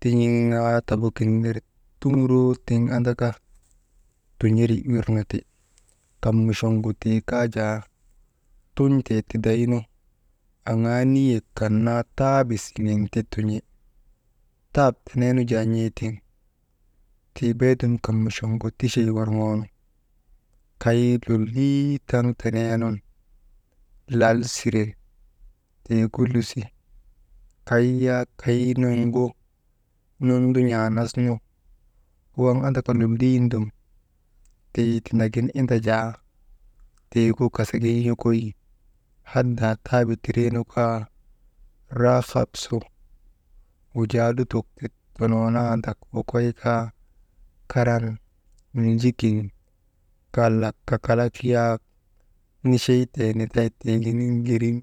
tin̰iŋ naa tabugin ner tuŋuroo tiŋ andaka, tin̰eri wir nu ti kaŋ muchoŋgu tii kaa jaa, tun̰tee tidaynu aŋaa niyek kan naa taaba siŋen ti tun̰I, taap tenen jaa n̰eetiŋ tii beedum kaŋ muchoŋgu tichey worŋoonu, kay lolii taŋ teneenun lal siren tiigu lusi, kay yak kay nuŋgu nundun̰aa nas nu waŋ andaka lolin dum tii tindagin inda jaa tiigu kasik gin yokoy hadaa taabi tiree nu kaa raakap su wujaa lutok ti tonoonandak wokoy kaa karan ninji kin kalak kakalak yak nicheytee ninday tiiginiŋ girim.